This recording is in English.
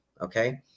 okay